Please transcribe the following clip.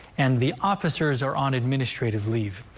and the officers are on administrative leave.